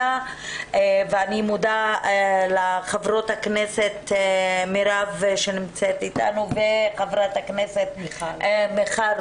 אני מודה לחברות הכנסת מרב מיכאלי שנמצאת איתנו ומיכל רוזין,